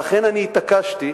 ולכן אני התעקשתי,